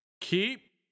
keep